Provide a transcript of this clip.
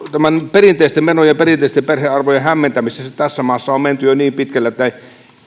perinteisten menojen ja perinteisten perhearvojen hämmentämisessä tässä maassa on menty jo niin pitkälle että